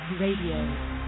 Radio